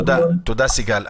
תודה, סיגל.